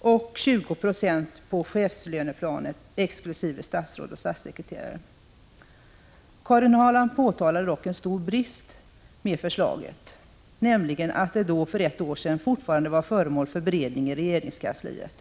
och 20 90 kvinnor på chefslöneplanet exkl. statsråd och statssekreterare. Karin Ahrland påtalade dock en stor brist, nämligen att förslaget då, alltså för ett år sedan, fortfarande var föremål för beredning i regeringskansliet.